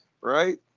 right